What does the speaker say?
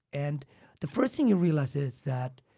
and the first thing you realize is that,